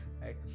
right